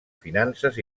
finances